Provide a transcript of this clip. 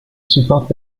supporte